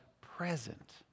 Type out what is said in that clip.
present